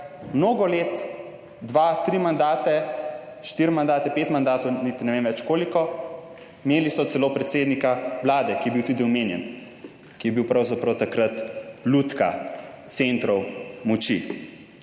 mnogo let, dva, tri mandate, štiri mandate, pet mandatov, niti ne vem več koliko, imeli so celo predsednika Vlade, ki je bil tudi omenjen, ki je bil pravzaprav takrat lutka centrov moči.